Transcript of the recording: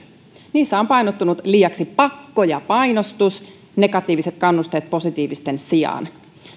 niissä on painottunut liiaksi pakko ja painostus negatiiviset kannusteet positiivisten sijaan